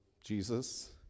Jesus